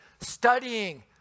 studying